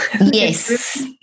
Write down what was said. yes